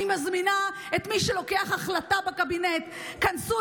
אני מזמינה את מי שמקבל החלטה בקבינט: תיכנסו